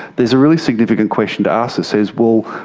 there is a really significant question to ask that says, well,